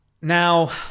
now